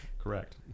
Correct